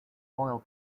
oil